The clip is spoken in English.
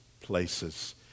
places